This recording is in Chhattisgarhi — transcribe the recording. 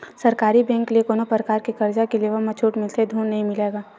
सरकारी बेंक ले कोनो परकार के करजा के लेवब म छूट मिलथे धून नइ मिलय गा?